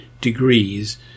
degrees